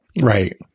Right